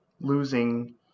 losing